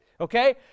Okay